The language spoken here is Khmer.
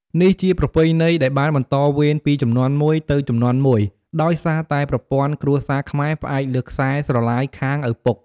នេះជាប្រពៃណីដែលបានបន្តវេនពីជំនាន់មួយទៅជំនាន់មួយ ដោយសារតែប្រព័ន្ធគ្រួសារខ្មែរផ្អែកលើខ្សែស្រឡាយខាងឪពុក។